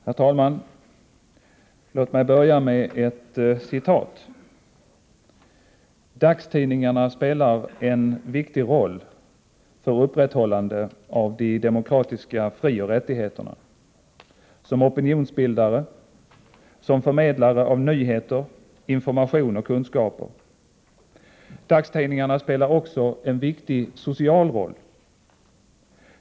Herr talman! Låt mig börja med ett citat: ”Dagstidningarna spelar en viktig roll för upprätthållandet av de demokratiska frioch rättigheterna som opinionsbildare, som förmedlare av nyheter, information och kunskaper. Dagstidningarna spelar också en viktig social roll.